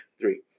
three